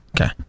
Okay